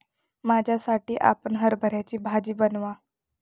माझ्यासाठी आपण हरभऱ्याची भाजी बनवा